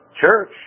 church